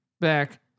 back